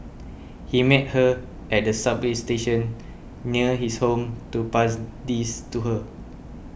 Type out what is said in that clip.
he met her at a subway station near his home to pass these to her